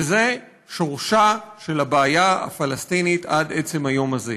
וזה שורשה של הבעיה הפלסטינית עד עצם היום הזה.